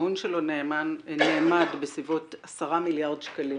ההון שלו נאמד בסביבות 10 מיליארד שקלים.